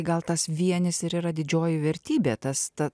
gal tas vienis ir yra didžioji vertybė tas ta